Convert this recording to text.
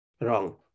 Wrong